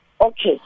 okay